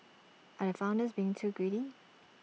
are the founders being too greedy